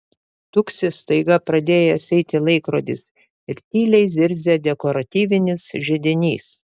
tuksi staiga pradėjęs eiti laikrodis ir tyliai zirzia dekoratyvinis židinys